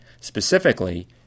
Specifically